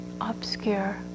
obscure